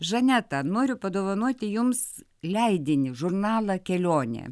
žaneta noriu padovanoti jums leidinį žurnalą kelionė